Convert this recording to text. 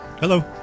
hello